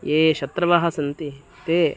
ये शत्रवः सन्ति ते